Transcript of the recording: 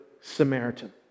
Samaritan